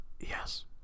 Yes